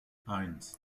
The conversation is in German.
eins